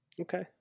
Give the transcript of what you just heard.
Okay